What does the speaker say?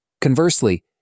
Conversely